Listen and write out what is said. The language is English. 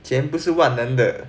钱不是万能的